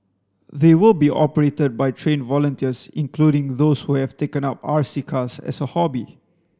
they will be operated by trained volunteers including those who have taken up R C cars as a hobby